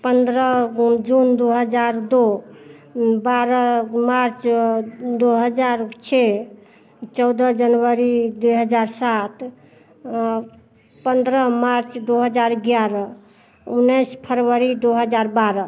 पन्द्रह गों जून दो हजार दो बारह मार्च दो हजार छः चौदह जनवरी दो हजार सात पन्द्रह मार्च दो हजार ग्यारह उन्नीस फरवरी दो हजार बारह